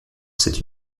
cette